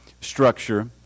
structure